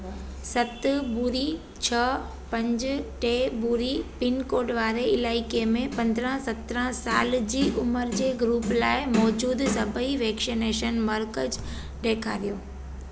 सत ॿुड़ी छह पंज टे ॿुड़ी पिनकोड वारे इलाइक़े में पंद्राहं सत्रहं साल जी उमिरि जे ग्रूप लाइ मौज़ूदु सभई वैक्सनेशन मर्कज़ ॾेखारियो